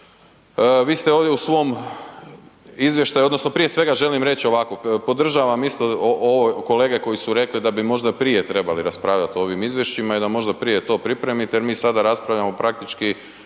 vi ste ovdje u svom izvještaju odnosno prije svega želim reć ovako, podržavam isto kolege koji su rekli da bi možda prije trebali raspravljat o ovim izvješćima i da možda prije to pripremite jer mi sada raspravljamo praktički